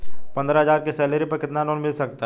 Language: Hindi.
पंद्रह हज़ार की सैलरी पर कितना लोन मिल सकता है?